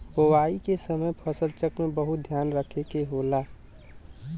बोवाई के समय फसल चक्र क बहुत ध्यान रखे के होला